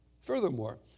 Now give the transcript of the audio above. Furthermore